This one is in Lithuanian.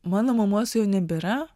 mano mamos jau nebėra